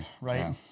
right